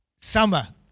summer